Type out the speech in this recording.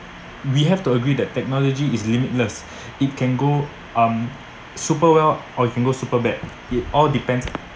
we have to agree that technology is limitless it can go um super well or it can go super bad it all depends